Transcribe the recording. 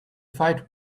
fight